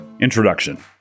Introduction